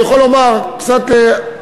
אני יכול לומר, קצת להעשרה,